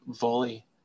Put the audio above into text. volley